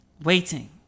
Waiting